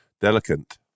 delicate